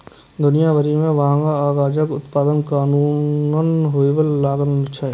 दुनिया भरि मे भांग आ गांजाक उत्पादन कानूनन हुअय लागल छै